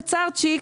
קצרצ'יק,